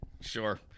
Sure